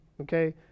okay